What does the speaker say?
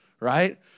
right